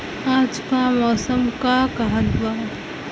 आज क मौसम का कहत बा?